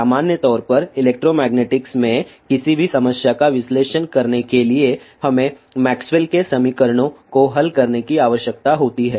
सामान्य तौर पर इलेक्ट्रोमैग्नेटिक्स में किसी भी समस्या का विश्लेषण करने के लिए हमें मैक्सवेल के समीकरणों Maxwell's equation को हल करने की आवश्यकता होती है